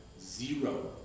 Zero